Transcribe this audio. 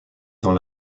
dans